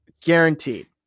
guaranteed